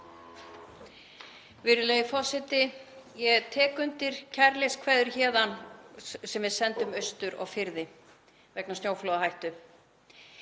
Virðulegi forseti. Ég tek undir kærleikskveðjur héðan sem við sendum austur á firði vegna snjóflóðahættu.